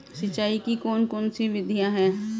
सिंचाई की कौन कौन सी विधियां हैं?